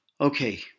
Okay